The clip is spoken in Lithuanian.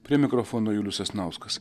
prie mikrofono julius sasnauskas